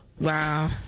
Wow